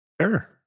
Sure